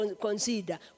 consider